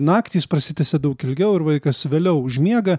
naktys prasitęsia daug ilgiau ir vaikas vėliau užmiega